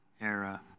era